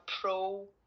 pro